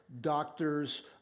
doctors